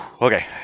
Okay